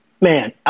man